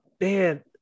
man